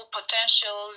potential